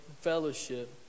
fellowship